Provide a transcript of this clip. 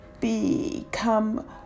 become